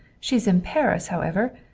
she's in paris, however.